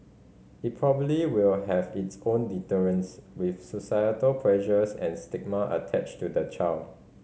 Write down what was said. it probably will have its own deterrents with societal pressures and stigma attached to the child